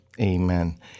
amen